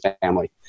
family